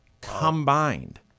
combined